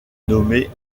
nommée